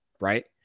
Right